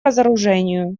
разоружению